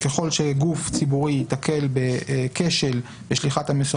ככל שגוף ציבורי ייתקל בכשל בשליחת המסר